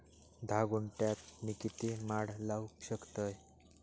धा गुंठयात मी किती माड लावू शकतय?